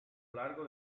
largo